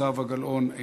זהבה גלאון,